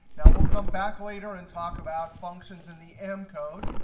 now we'll come back later and talk about functions in the m code.